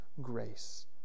grace